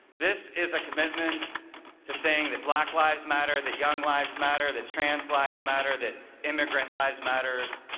this is a commitment to saying that black lives matter, that young lives matter, that trans lives matter, that immigrant lives matter,